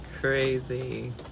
crazy